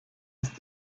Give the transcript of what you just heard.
ist